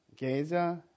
Gaza